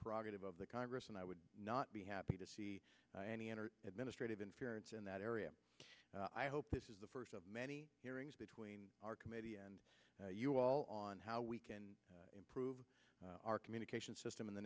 prerogative of the congress and i would not be happy to see any other administrative inference in that area i hope this is the first of many hearings between our committee and you all on how we can improve our communication system in the